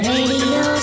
Radio